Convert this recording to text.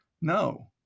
No